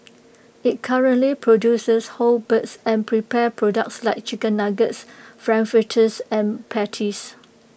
IT currently produces whole birds and prepared products like chicken nuggets frankfurters and patties